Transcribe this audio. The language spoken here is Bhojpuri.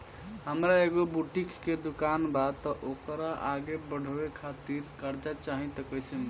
हमार एगो बुटीक के दुकानबा त ओकरा आगे बढ़वे खातिर कर्जा चाहि त कइसे मिली?